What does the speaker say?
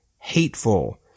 hateful